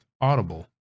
Audible